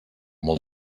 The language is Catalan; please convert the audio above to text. molt